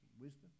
wisdom